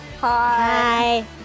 Hi